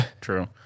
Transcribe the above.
true